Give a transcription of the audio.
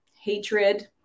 hatred